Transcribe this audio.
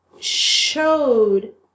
showed